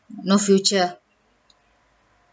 no future